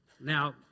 Now